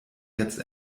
jetzt